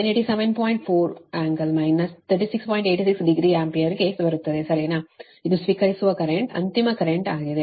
860 ampere ಗೆ ಬರುತ್ತದೆ ಸರಿನಾ ಇದು ಸ್ವೀಕರಿಸುವ ಕರೆಂಟ್ ಅಂತಿಮ ಕರೆಂಟ್ ಆಗಿದೆ